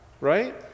right